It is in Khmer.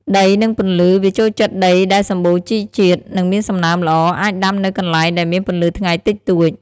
ដី និងពន្លឺ វាចូលចិត្តដីដែលសំបូរជីជាតិ និងមានសំណើមល្អ អាចដាំនៅកន្លែងដែលមានពន្លឺថ្ងៃតិចតួច ។